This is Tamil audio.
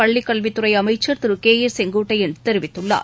பள்ளிக்கல்வித்துறை அமைச்சர் திரு கே ஏ செங்கோட்டையன் தெரிவித்துள்ளார்